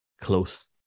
close